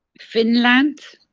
finland?